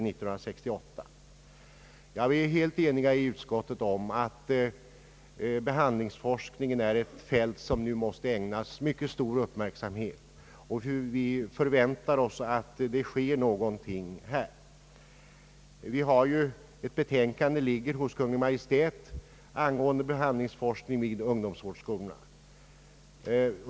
Vi har varit helt eniga inom utskottet om att behandlingsforskningen är ett fält som måste ägnas mycket stor uppmärksamhet, och vi förväntar oss att någonting skall ske på detta område. Ett betänkande ligger hos Kungl. Maj:t angående behandlingsforskningen vid ungdomsvårdsskolorna.